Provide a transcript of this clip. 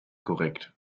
korrekt